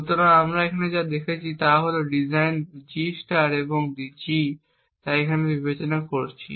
সুতরাং আমরা এখানে যা দেখছি তা হল দুটি ডিজাইন G এবং G তাই আমরা বিবেচনা করছি